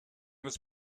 was